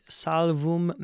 salvum